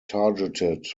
targeted